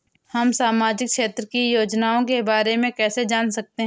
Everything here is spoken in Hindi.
हम सामाजिक क्षेत्र की योजनाओं के बारे में कैसे जान सकते हैं?